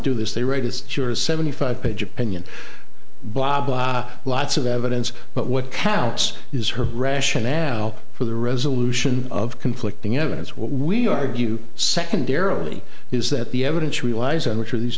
do this they rated seventy five page opinion blah blah lots of evidence but what counts is her rationale for the resolution of conflicting evidence we argue secondarily is that the evidence relies on which of these